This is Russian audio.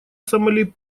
сомали